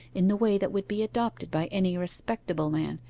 in the way that would be adopted by any respectable man,